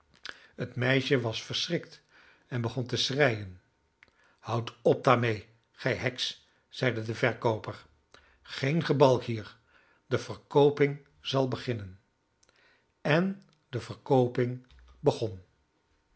het meisje was verschrikt en begon te schreien houd op daarmede gij heks zeide de verkooper geen gebalk hier de verkooping zal beginnen en de verkooping begon